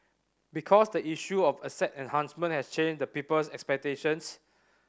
because the issue of asset enhancement has changed the people's expectations